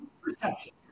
perception